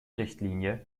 richtlinie